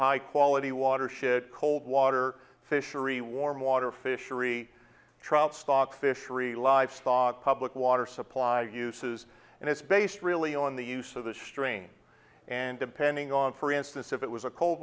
high quality water shit cold water fishery warm water fishery stock fishery livestock public water supply uses and it's based really on the use of the strain and depending on for instance if it was a cold